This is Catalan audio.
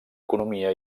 economia